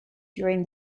during